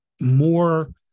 more